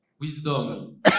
wisdom